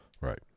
Right